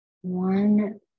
One